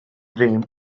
dream